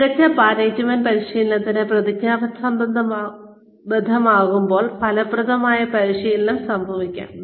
മികച്ച മാനേജ്മെന്റ് പരിശീലനത്തിന് പ്രതിജ്ഞാബദ്ധമാകുമ്പോൾ ഫലപ്രദമായ പരിശീലനം സംഭവിക്കാം